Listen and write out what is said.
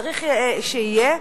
צריך שיהיה,